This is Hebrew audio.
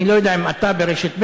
אני לא יודע אם אתה ברשת ב',